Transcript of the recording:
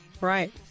Right